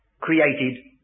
created